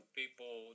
people